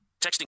Texting